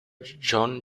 john